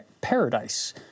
paradise